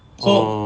oh